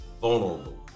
vulnerable